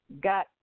Got